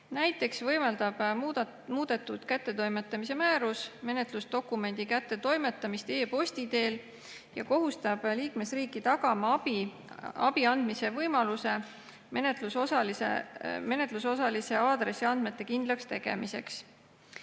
Näiteks võimaldab muudetud kättetoimetamise määrus menetlusdokumendi kättetoimetamist e-posti teel ja kohustab liikmesriike tagama abi andmise võimaluse menetlusosalise aadressiandmete kindlakstegemiseks.